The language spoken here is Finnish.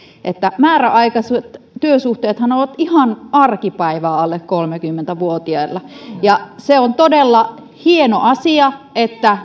että määräaikaiset työsuhteethan ovat ihan arkipäivää alle kolmekymmentä vuotiailla ja se on todella hieno asia että